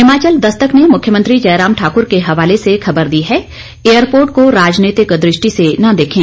हिमाचल दस्तक ने मुख्यमंत्री जयराम ठाकुर के हवाले से खबर दी है एयरपोर्ट को राजनीतिक दृष्टि से न देखें